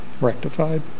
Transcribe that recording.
rectified